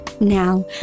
Now